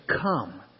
come